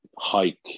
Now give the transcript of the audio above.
hike